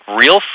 real